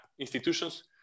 institutions